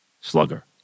slugger